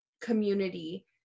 community